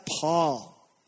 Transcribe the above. Paul